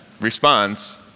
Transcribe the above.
responds